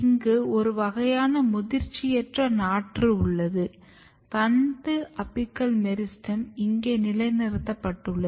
இங்கு ஒரு வகையான முதிர்ச்சியற்ற நாற்று உள்ளது தண்டு அபிக்கல் மெரிஸ்டெம் இங்கே நிலைநிறுத்தப்பட்டுள்ளது